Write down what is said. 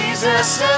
Jesus